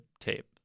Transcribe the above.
tape